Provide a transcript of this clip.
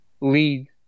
lead